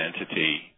entity